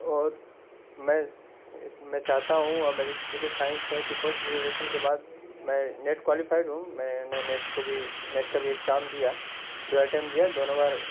اور میں اس میں چاہتا ہوں اور میری دلی خواہش ہے کہ پوسٹ گریجیوشن کے بعد میں نیٹ کوالیفائڈ ہوں میں نے نیٹ کو بھی نیٹ کا بھی اگزام دیا دو اٹیمپٹ دیا دونوں بار